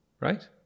right